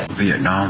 vietnam